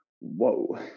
whoa